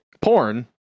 porn